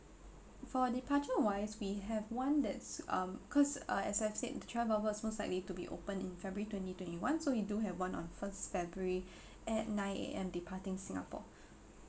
for departure wise we have one that's um cause uh as I've said the travel bubble is most likely to be open in february twenty twenty one so we do have one on first february at nine A_M departing singapore